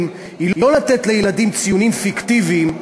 היא לא לתת לילדים ציונים פיקטיביים,